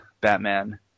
Batman